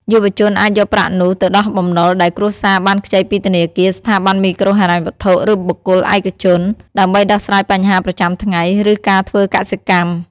យុវជនអាចយកប្រាក់នោះទៅដោះបំណុលដែលគ្រួសារបានខ្ចីពីធនាគារ ស្ថាប័នមីក្រូហិរញ្ញវត្ថុ ឬបុគ្គលឯកជន ដើម្បីដោះស្រាយបញ្ហាប្រចាំថ្ងៃ ឬការធ្វើកសិកម្ម។